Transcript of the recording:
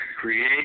create